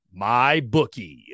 MyBookie